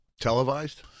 Televised